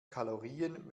kalorien